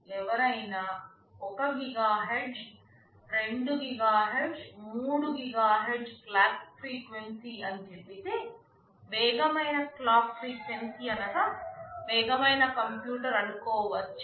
ఎవరైనా 1 GHz 2 GHz 3 GHz clock frequency అని చెప్పితే వేగమైన క్లాక్ ఫ్రీక్వెన్సీ అనగా వేగమైన కంప్యూటర్ అనుకోవచ్చా